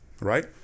Right